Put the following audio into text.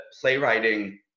playwriting